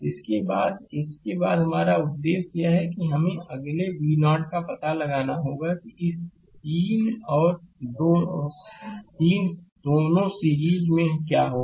इसके बाद इसके बाद हमारा उद्देश्य यह है कि हमें अगले V0 का पता लगाना होगा कि इस 3 और 3 दोनों सीरीजमें क्या होगा